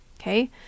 Okay